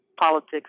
politics